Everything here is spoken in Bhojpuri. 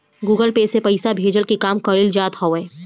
गूगल पे से पईसा भेजला के काम कईल जात हवे